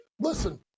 listen